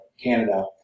Canada